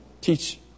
teach